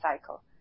cycle